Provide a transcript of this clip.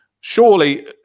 Surely